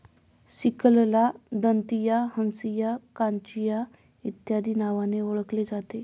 सिकलला दंतिया, हंसिया, काचिया इत्यादी नावांनी ओळखले जाते